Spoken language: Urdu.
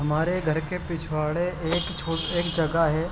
ہمارے گھر کے پچھواڑے ایک چھو جگہ ہے